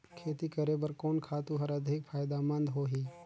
खेती करे बर कोन खातु हर अधिक फायदामंद होही?